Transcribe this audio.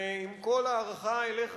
ועם כל ההערכה אליך,